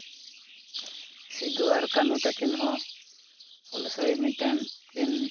ᱥᱤᱫᱩ ᱟᱨ ᱠᱟᱹᱱᱦᱩ ᱛᱟᱠᱤᱱ ᱦᱚᱸ ᱦᱩᱞᱥᱟᱹᱭ ᱢᱤᱫᱴᱮᱱᱠᱤᱱ